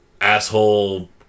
asshole